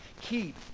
Keep